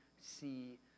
see